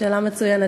שאלה מצוינת.